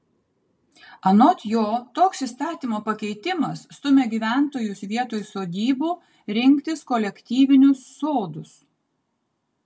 anot jo toks įstatymo pakeitimas stumia gyventojus vietoj sodybų rinktis kolektyvinius sodus